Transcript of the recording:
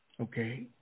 okay